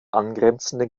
angrenzende